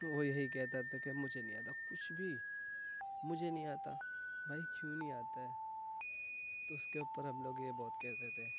تو وہ یہی کہتا تھا کہ مجھے نہیں آتا کچھ بھی مجھے نہیں آتا بھائی کیوں نہیں آتا ہے تو اس کے اوپر ہم لوگ یہ بہت کہتے تھے